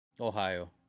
Ohio